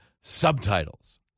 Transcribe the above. subtitles